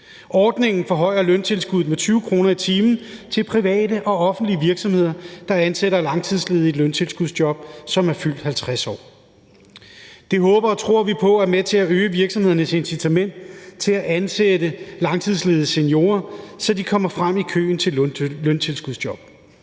Ordningen forhøjer løntilskuddet med 20 kr. i timen til private og offentlige virksomheder, der ansætter langtidsledige, som er fyldt 50 år, i et løntilskudsjob. Det håber og tror vi på er med til at øge virksomhedernes incitament til at ansætte langtidsledige seniorer, så de kommer frem i køen til løntilskudsjob,